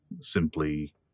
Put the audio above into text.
simply